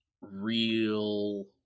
real